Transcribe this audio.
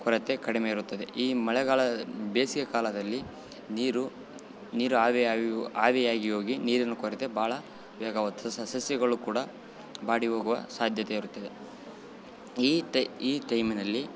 ಕೊರತೆ ಕಡಿಮೆ ಇರುತ್ತದೆ ಈ ಮಳೆಗಾಲ ಬೇಸಿಗೆ ಕಾಲದಲ್ಲಿ ನೀರು ನೀರು ಆವಿ ಆವಿಯು ಆವಿಯಾಗಿ ಹೋಗಿ ನೀರಿನ ಕೊರತೆ ಭಾಳ ವೇಗವತ್ ಸಸಿಗಳು ಕೂಡ ಬಾಡಿ ಹೋಗುವ ಸಾಧ್ಯತೆ ಇರುತ್ತದ ಈ ಟೈ ಈ ಟೈಮಿನಲ್ಲಿ